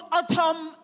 autumn